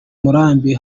murambi